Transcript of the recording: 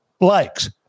likes